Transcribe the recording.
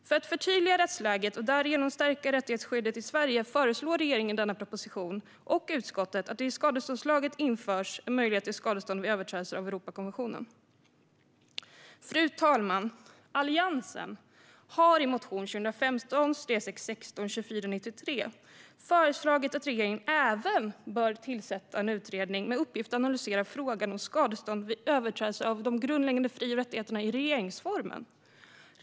För att förtydliga rättsläget och därigenom stärka rättighetsskyddet i Sverige föreslår regeringen i denna proposition och utskottet att det i skadeståndslagen införs en möjlighet till skadestånd vid överträdelser av Europakonventionen. Skadestånd och Europakonventionen Fru talman! Alliansen har i motion 2015/16:2493 föreslagit att regeringen även ska tillsätta en utredning med uppgift att analysera frågan om skadestånd vid överträdelse av de grundlagsskyddade fri och rättigheterna i regeringsformen.